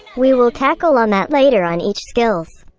we will tackle on that later on each skills.